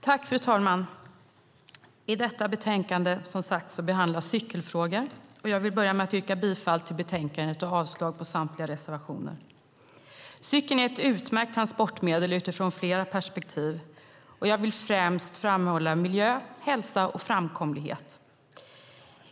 Fru talman! I detta betänkande behandlas som sagt cykelfrågor, och jag vill börja med att yrka bifall till förslaget i betänkandet och avslag på samtliga reservationer. Cykeln är ett utmärkt transportmedel utifrån flera perspektiv, och jag vill främst framhålla miljö, hälsa och framkomlighet.